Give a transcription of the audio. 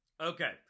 Okay